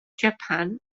japan